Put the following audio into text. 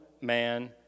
man